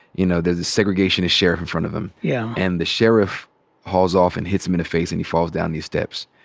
you know, there's a segregationist sheriff in front of him. yeah and the sheriff hauls off and hits him in the face and he falls down these steps.